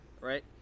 right